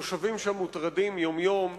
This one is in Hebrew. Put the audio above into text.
התושבים שם מוטרדים יום-יום,